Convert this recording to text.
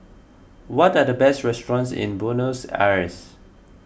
what are the best restaurants in Buenos Aires